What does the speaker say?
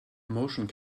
motion